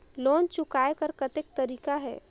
Loan चुकाय कर कतेक तरीका है?